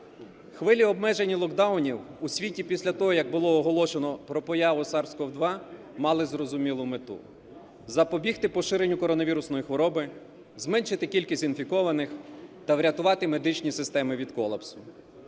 Хвилі обмежень і локдаунів у світі після того, як було оголошено про появу SARS-CoV-2, мали зрозумілу мету: запобігти поширенню коронавірусної хвороби, зменшити кількість інфікованих та врятувати медичні системи від колапсу.